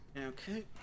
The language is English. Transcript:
Okay